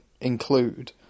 include